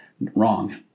wrong